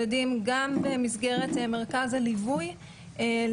וגם דרך מרכז הסיוע של עלייה בפגיעות של שיימינג,